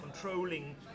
controlling